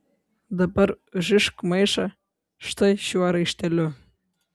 dabar užrišk maišą štai šiuo raišteliu